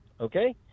Okay